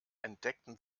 entdeckten